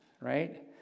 right